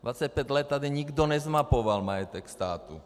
25 let tady nikdo nezmapoval majetek státu.